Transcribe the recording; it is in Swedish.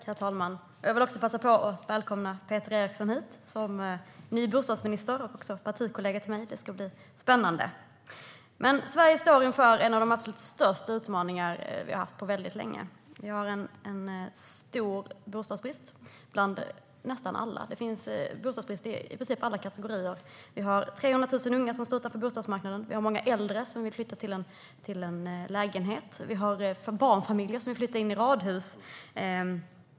Herr talman! Även jag vill passa på att välkomna Peter Eriksson hit som ny bostadsminister och även partikollega till mig. Det ska bli spännande. Sverige står inför en av de absolut största utmaningar vi har haft på väldigt länge. Vi har stor bostadsbrist bland nästan alla kategorier. Vi har 300 000 unga som står utanför bostadsmarknaden, vi har många äldre som vill flytta till lägenhet och vi har barnfamiljer som vill flytta in i radhus.